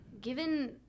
Given